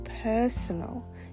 personal